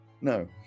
No